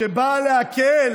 שבאה להקל